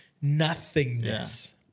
nothingness